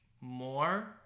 more